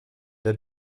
der